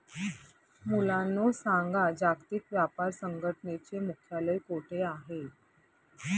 मुलांनो सांगा, जागतिक व्यापार संघटनेचे मुख्यालय कोठे आहे